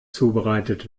zubereitet